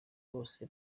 bose